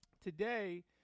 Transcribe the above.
today